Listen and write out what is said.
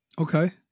Okay